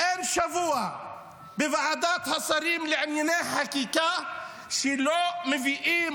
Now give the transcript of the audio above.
אין שבוע בוועדת השרים לענייני חקיקה שלא מביאים